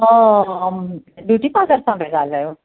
beauty parlour सां था ॻाल्हायो